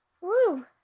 Woo